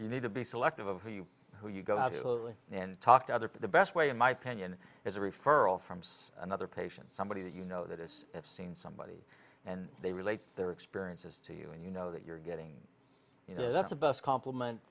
you need to be selective of who you who you go out and talk to other but the best way in my opinion is a referral from another patient somebody that you know that is i've seen somebody and they relate their experiences to you and you know that you're getting you know that's the best compliment